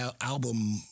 album